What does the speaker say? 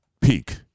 peak